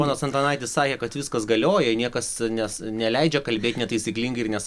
ponas antanaitis sakė kad viskas galioja niekas nes neleidžia kalbėti netaisyklingai ir nes